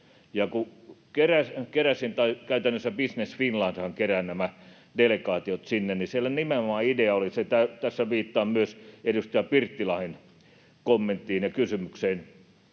kun keräsin, tai käytännössä Business Finlandhan kerää nämä delegaatiot sinne, niin siellä nimenomaan idea oli — tässä viittaan myös edustaja Pirttilahden kommenttiin ja kysymykseen